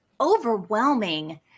overwhelming